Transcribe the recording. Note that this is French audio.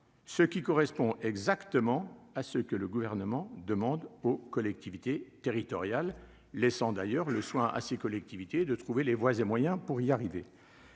ce qui correspond exactement à ce que le gouvernement demande aux collectivités territoriales, laissant d'ailleurs le soin à ces collectivités de trouver les voies et moyens pour y arriver,